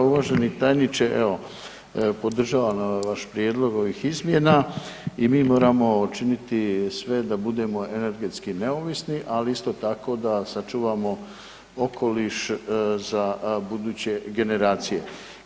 Uvaženi tajniče, evo podržavam ovaj vaš prijedlog ovih izmjena i mi moramo učiniti sve da budemo energetski neovisni, ali isto tako da sačuvamo okoliš za buduće generacije.